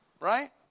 Right